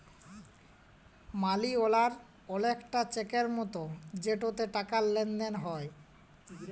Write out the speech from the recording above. মালি অড়ার অলেকটা চ্যাকের মতো যেটতে টাকার লেলদেল হ্যয়